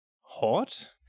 Hot